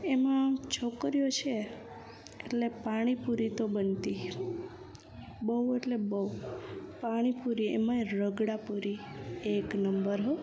એમાં છોકરીઓ છે એટલે પાણીપુરી તો બનતી હૈ બહુ એટલે બહુ પાણીપુરી એમાંય રગડા પુરી એક નંબર હોં